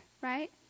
right